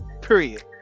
period